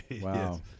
wow